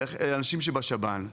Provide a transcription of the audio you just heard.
ועל האנשים שבשב"ן,